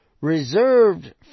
reserved